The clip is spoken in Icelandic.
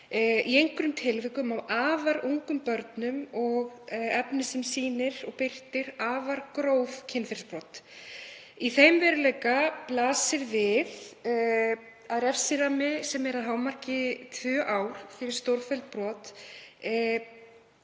í einhverjum tilvikum af afar ungum börnum og efni sem sýnir afar gróf kynferðisbrot. Í þeim veruleika blasir við að refsirammi sem er að hámarki tvö ár fyrir stórfelld brot